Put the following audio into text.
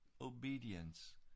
obedience